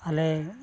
ᱟᱞᱮ